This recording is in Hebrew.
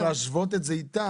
צריך להשוות את זה איתן.